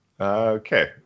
Okay